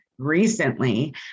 recently